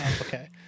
Okay